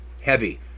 heavy